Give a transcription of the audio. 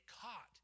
caught